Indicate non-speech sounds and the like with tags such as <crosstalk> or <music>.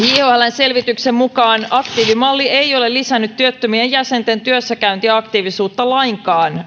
selvityksen mukaan aktiivimalli ei ole lisännyt työttömien jäsenten työssäkäyntiaktiivisuutta lainkaan <unintelligible>